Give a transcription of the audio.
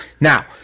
Now